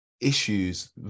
issues